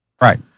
Right